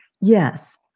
Yes